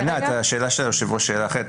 השאלה של היושב-ראש הייתה אחרת.